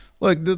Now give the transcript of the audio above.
Look